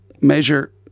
measure